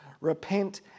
repent